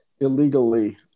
illegally